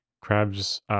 crabs